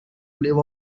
live